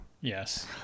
Yes